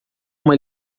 uma